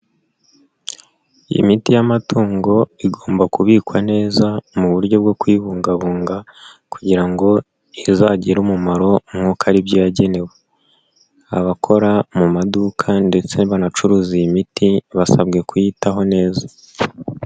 Imiti y'amatungo igomba kubikwa neza mu buryo bwo kuyibungabunga kugira ngo izagire umumaro nkuko ari byo yagenewe, abakora mu maduka ndetse banacuruza iyi miti basabwe kuyitaho neza.